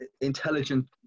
intelligent